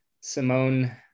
simone